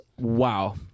wow